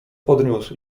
podniósł